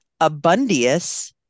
Abundius